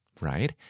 right